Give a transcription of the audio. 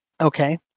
okay